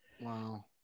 Wow